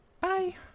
bye